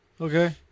Okay